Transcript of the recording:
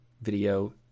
video